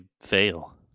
fail